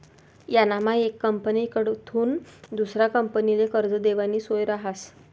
यानामा येक कंपनीकडथून दुसरा कंपनीले कर्ज देवानी सोय रहास